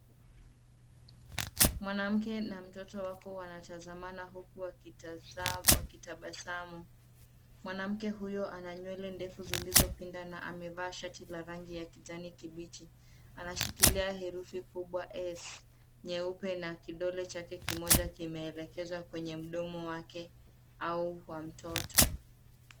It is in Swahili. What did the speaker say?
Mwanamke na mtoto wako wanatazamana huku wakitaza wakitabasamu. Mwanamke huyo ana nywele ndefu zilizipinda na amevaa shati la rangi ya kijani kibichi. Anashikilia herifu kubwa S nyeupe na kidole chake kimoja kimeelekezwa kwenye mdomo wake au wa mtoto.